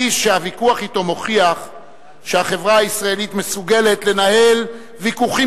איש שהוויכוח אתו מוכיח שהחברה הישראלית מסוגלת לנהל ויכוחים